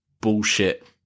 bullshit